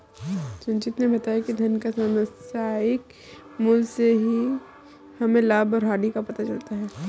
संजीत ने बताया धन का समसामयिक मूल्य से ही हमें लाभ और हानि का पता चलता है